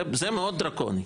זה מאוד דרקוני,